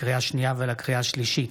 לקריאה שנייה ולקריאה השלישית,